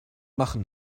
machen